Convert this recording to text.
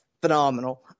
Phenomenal